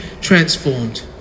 transformed